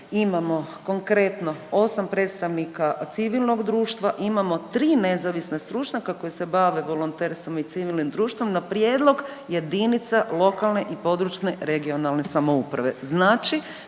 imamo konkretno, 8 predstavnika civilnog društva, imamo 3 nezavisna stručnjaka koji se bave volonterstvom i civilnim društvom na prijedlog jedinica lokalne i područne (regionalne) samouprave,